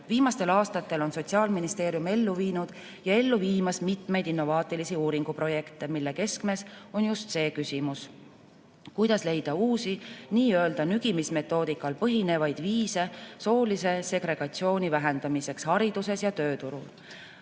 Viimastel aastatel on Sotsiaalministeerium ellu viinud ja ellu viimas mitmeid innovaatilisi uuringuprojekte, mille keskmes on just see küsimus: kuidas leida uusi, nii-öelda nügimismetoodikal põhinevaid viise soolise segregatsiooni vähendamiseks hariduses ja tööturul? Mul